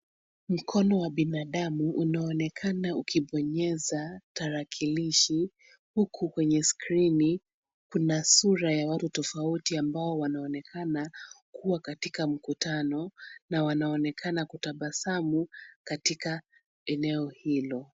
Mikono wa binadamu unaonekana ukibonyeza tarakilishi huku kwenye skrini kuna sura ya watu tofauti ambao wanaonekana kuwa katika mkutano na wanaonekana kutabasamu katika eneo hilo.